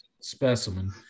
specimen